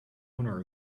owner